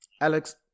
Alex